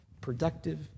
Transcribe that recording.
productive